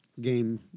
game